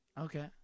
Okay